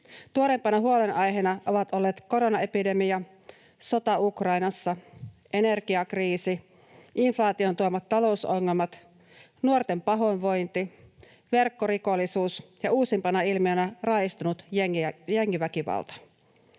Tuoreimpana huolenaiheena ovat olleet koronaepidemia, sota Ukrainassa, energiakriisi, inflaation tuomat talousongelmat, nuorten pahoinvointi, verkkorikollisuus ja uusimpana ilmiönä raaistunut jengiväkivalta.